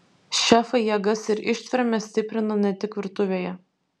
šefai jėgas ir ištvermę stiprina ne tik virtuvėje